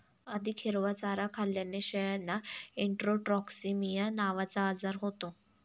अधिक हिरवा चारा खाल्ल्याने शेळ्यांना इंट्रोटॉक्सिमिया नावाचा आजार होतो